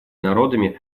народами